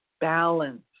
balance